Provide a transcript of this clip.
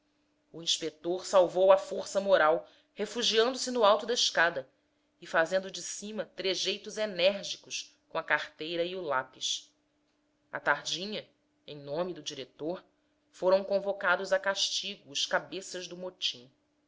o inspetor salvou a força moral refugiando se no alto da escada e fazendo de cima trejeitos enérgicos com a carteira e o lápis à tardinha em nome do diretor foram convocados a castigo os cabeças do motim